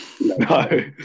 No